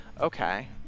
Okay